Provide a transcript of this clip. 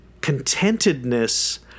contentedness